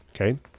Okay